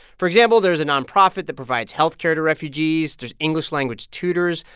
for example, there's a nonprofit that provides health care to refugees. there's english-language tutors,